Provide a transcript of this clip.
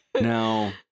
now